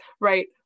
right